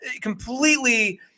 completely